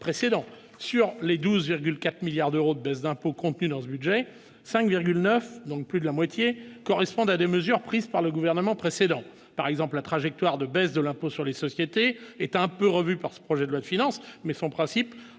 sur les 12,4 milliards d'euros de baisse d'impôts contenues dans ce budget 5,9, donc plus de la moitié correspondent à des mesures prises par le gouvernement précédent, par exemple, la trajectoire de baisse de l'impôt sur les sociétés est un peu revu par ce projet de loi de finances, mais son principe